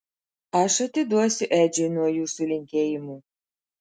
aš atiduosiu edžiui nuo jūsų linkėjimų